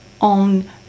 on